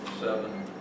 seven